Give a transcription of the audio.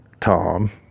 Tom